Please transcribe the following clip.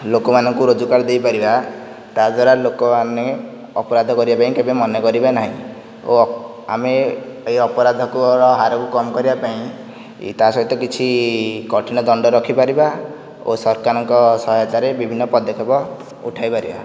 ଲୋକମାନଙ୍କୁ ରୋଜଗାର ଦେଇପାରିବା ତଦ୍ୱାରା ଲୋକମାନେ ଅପରାଧ କରିବାପାଇଁ କେବେ ମନେ କରିବେ ନାହିଁ ଓ ଆମେ ଏହି ଅପରାଧ ହାରକୁ କମ କରିବାପାଇଁ ତା'ସହିତ କିଛି କଠିନ ଦଣ୍ଡ ରଖିପାରିବା ଓ ସରକାରଙ୍କ ସହାୟତାରେ ବିଭିନ୍ନ ପଦକ୍ଷେପ ଉଠାଇ ପାରିବା